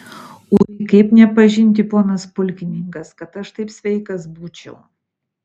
ui kaip nepažinti ponas pulkininkas kad aš taip sveikas būčiau